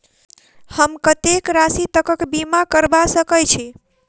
हम कत्तेक राशि तकक बीमा करबा सकै छी?